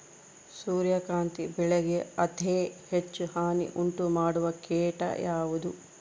ಸೂರ್ಯಕಾಂತಿ ಬೆಳೆಗೆ ಅತೇ ಹೆಚ್ಚು ಹಾನಿ ಉಂಟು ಮಾಡುವ ಕೇಟ ಯಾವುದು?